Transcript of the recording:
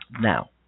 Now